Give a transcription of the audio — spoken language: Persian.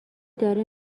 داره